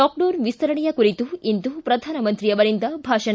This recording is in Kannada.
ಲಾಕ್ಡೌನ್ ವಿಸ್ತರಣೆಯ ಕುರಿತು ಇಂದು ಪ್ರಧಾನಮಂತ್ರಿ ಅವರಿಂದ ಭಾಷಣ